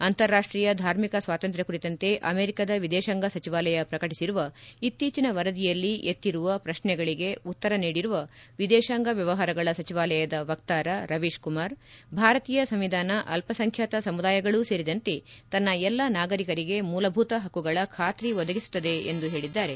ಅಂತಾರಾಷ್ಲೀಯ ಧಾರ್ಮಿಕ ಸ್ವಾತಂತ್ರ್ಯ ಕುರಿತಂತೆ ಅಮೆರಿಕದ ವಿದೇತಾಂಗ ಸಚಿವಾಲಯ ಪ್ರಕಟಿಸಿರುವ ಇತ್ತೀಚಿನ ವರದಿಯಲ್ಲಿ ಎತ್ತಿರುವ ಪ್ರತ್ನೆಗಳಿಗೆ ಉತ್ತರ ನೀಡಿರುವ ವಿದೇಶಾಂಗ ವ್ಯವಹಾರಗಳ ಸಚಿವಾಲಯದ ವಕ್ತಾರ ರವೀಶ್ ಕುಮಾರ್ ಭಾರತೀಯ ಸಂವಿಧಾನ ಅಲ್ಪಸಂಖ್ಯಾತ ಸಮುದಾಯಗಳೂ ಸೇರಿದಂತೆ ತನ್ನ ಎಲ್ಲ ನಾಗರಿಕರಿಗೆ ಮೂಲಭೂತ ಹಕ್ಕುಗಳ ಖಾತ್ರಿ ಒದಗಿಸುತ್ತದೆ ಎಂದು ಹೇಳಿದ್ದಾರೆ